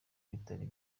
bitari